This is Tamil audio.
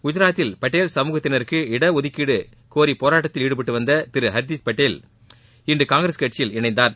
குஐராத்தில் பட்டேல் சமூகத்தினருக்கு இடஒதுக்கீடு கோரி போராட்டத்தில் ஈடுபட்டு வந்த திரு ஹர்திக் பட்டேல் இன்று காங்கிரஸ் கட்சியில் இணைந்தார்